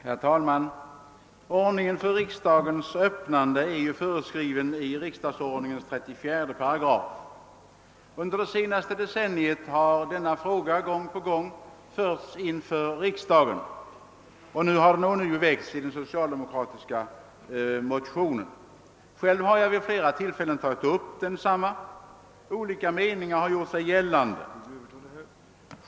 Herr talman! Ordningen för riksdagens öppnande är föreskriven i riksdagsordningens 34 §. Under det senaste decenniet har denna fråga gång på gång förts inför riksdagen, och nu har den ånyo tagits upp i den socialdemokratiska motionen. Själv har jag vid flera tillfällen tagit upp frågan. Olika meningar har gjort sig gällande.